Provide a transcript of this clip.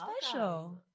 special